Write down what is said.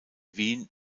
wien